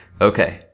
Okay